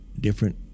different